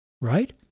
right